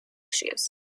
issues